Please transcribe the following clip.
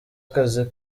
akazi